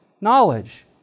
knowledge